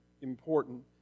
important